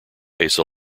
asa